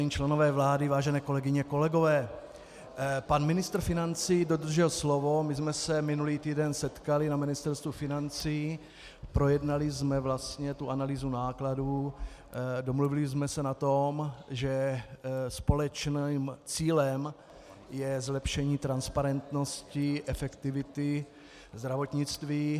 Vážení členové vlády, vážené kolegyně, kolegové, pan ministr financí dodržel slovo, my jsme se minulý týden setkali na Ministerstvu financí, projednali jsme vlastně analýzu nákladů, domluvili jsme se na tom, že společným cílem je zlepšení transparentnosti efektivity zdravotnictví.